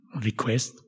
request